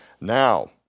now